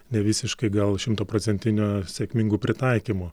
nevisiškai gal šimtaprocentinio sėkmingu pritaikymu